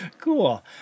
cool